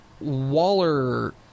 Waller